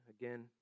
Again